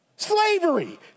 Slavery